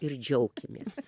ir džiaukimės